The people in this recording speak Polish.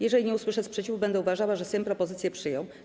Jeżeli nie usłyszę sprzeciwu, będę uważała, że Sejm propozycję przyjął.